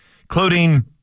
including